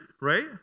right